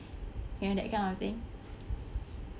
you know that kind of thing